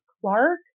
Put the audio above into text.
Clark